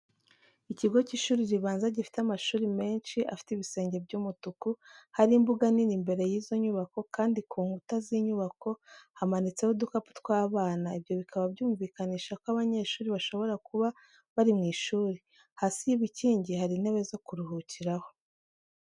Ikigo cy'ishuri ribanza gifite amahuri menshi afite ibisenge by'umutuku, hari imbuga nini imbere y'izo nyubako, kandi ku nkuta z'inyubako hamanitseho udukapu tw'abana, ibyo bikaba byumvikanisha ko abanyeshuri bashobora kuba bari mu ishuri. Hasi y'ibikingi hari intebe zo kuruhukiraho.